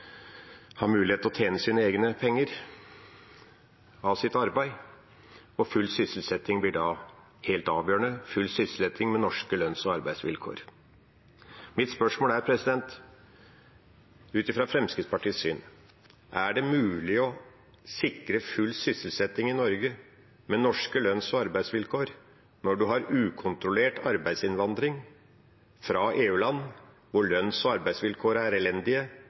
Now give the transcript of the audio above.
mulighet til å tjene sine egne penger av å arbeide. Full sysselsetting blir da helt avgjørende, full sysselsetting med norske lønns- og arbeidsvilkår. Mitt spørsmål er: Er det ut fra Fremskrittspartiets syn mulig å sikre full sysselsetting i Norge med norske lønns- og arbeidsvilkår når en har ukontrollert arbeidsinnvandring fra EU-land hvor lønns- og arbeidsvilkår er elendige